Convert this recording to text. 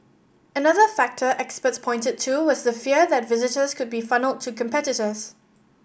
another factor experts pointed to was the fear that visitors could be funnelled to competitors